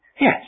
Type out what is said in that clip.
Yes